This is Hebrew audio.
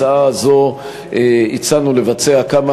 הצעת חוק חופש המידע (תיקון,